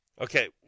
Okay